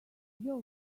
your